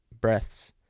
breaths